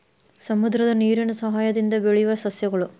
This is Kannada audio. ಸಮುದ್ರದ ನೇರಿನ ಸಯಹಾಯದಿಂದ ಬೆಳಿಯುವ ಸಸ್ಯಗಳು